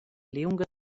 liunga